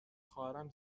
خواهرم